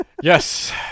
Yes